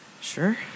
Sure